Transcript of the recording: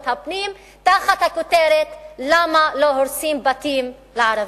הפנים תחת הכותרת: למה לא הורסים בתים לערבים?